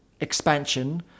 expansion